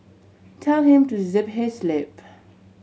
tell him to zip his lip